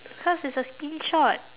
because it's a screenshot